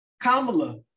Kamala